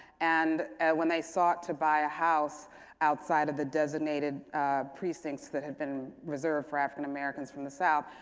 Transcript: and when they sought to buy a house outside of the designated precincts that had been reserved for african americans from the south,